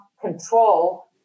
control